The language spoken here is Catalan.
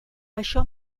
això